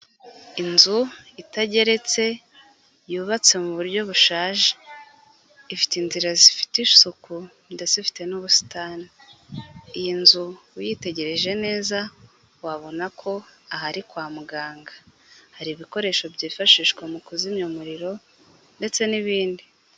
Inzu itageretse yubatse mu buryo bushaje. Ifite inzira zifite isuku ndetse ifite n'ubusitani. Iyi nzu uyitegereje neza wabona ko aha ari kwa muganga. Hari ibikoresho byifashishwa mu kuzimya umuriro ndetse n'ibindi.